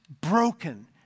broken